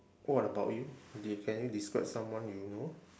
what about you you can you describe someone you know